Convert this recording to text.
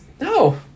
No